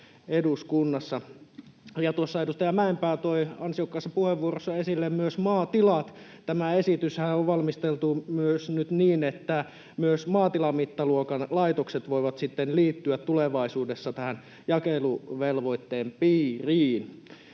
eduskunnassa. Tuossa edustaja Mäenpää toi ansiokkaassa puheenvuorossaan esille myös maatilat. Tämä esityshän on valmisteltu nyt niin, että myös maatilamittaluokan laitokset voivat sitten liittyä tulevaisuudessa tähän jakeluvelvoitteen piiriin.